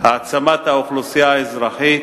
העצמת האוכלוסייה האזרחית,